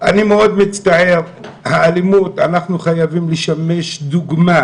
אני מאוד מצטער, אנחנו חייבים לשמש דוגמה.